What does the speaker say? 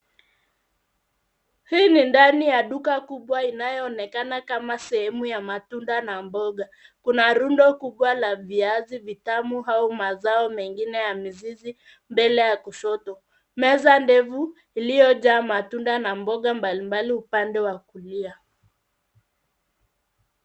Hii ni ndani ya duka kubwa inayoonekana kama sehemu ya matunda na mboga. Kuna rundo kubwa la viazi vitamu au mazao mengine ya mizizi mbele ya kushoto, meza ndevu iliyojaa matunda na mboga mbalimbali upande wa kulia.